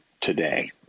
today